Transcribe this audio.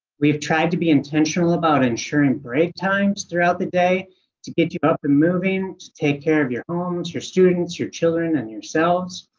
we've tried to be intentional about ensuring break times throughout the day to get you up and moving to take care of your homes, your students, your children, and yourselves.